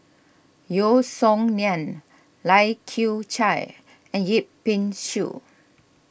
Yeo Song Nian Lai Kew Chai and Yip Pin Xiu